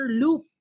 loop